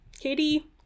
Katie